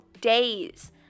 days